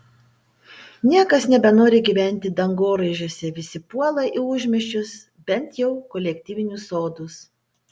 niekas nebenori gyventi dangoraižiuose visi puola į užmiesčius bent jau kolektyvinius sodus